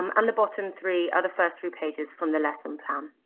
um um the bottom three are the first three pages from the lesson plan.